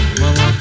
mama